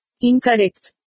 Incorrect